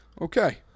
Okay